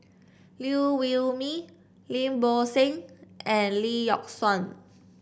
Liew Wee Mee Lim Bo Seng and Lee Yock Suan